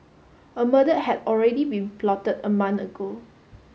a murder had already been plotted a month ago